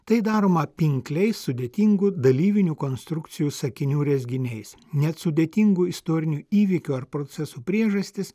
tai daroma pinkliais sudėtingų dalyvinių konstrukcijų sakinių rezginiais net sudėtingų istorinių įvykių ar procesų priežastys